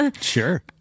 Sure